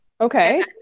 okay